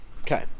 Okay